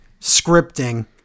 scripting